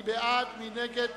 מי בעד ההצעה?